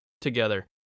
together